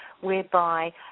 whereby